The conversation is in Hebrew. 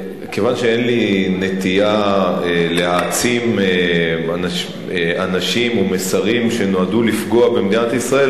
כיוון שאין לי נטייה להעצים אנשים או מסרים שנועדו לפגוע במדינת ישראל,